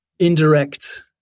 indirect